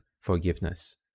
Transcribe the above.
forgiveness